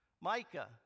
Micah